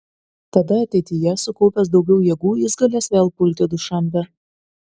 tada ateityje sukaupęs daugiau jėgų jis galės vėl pulti dušanbę